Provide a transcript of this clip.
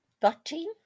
Thirteen